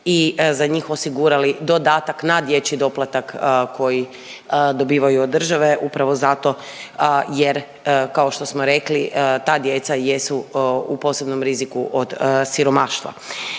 i za njih osigurali dodatak na dječji doplatak koji dobivaju od države upravo zato jer kao što smo rekli ta djeca jesu u posebnom riziku od siromaštva.